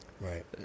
right